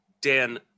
Dan